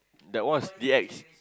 that one's D_X